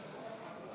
והסברה